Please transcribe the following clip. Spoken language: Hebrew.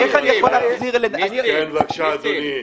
אבל איך אני יכול להחזיר --- כן בבקשה אדוני.